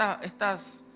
estas